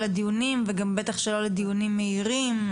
הדיונים וגם בטח שלא לדיונים מהירים,